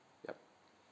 yup